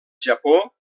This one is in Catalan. japó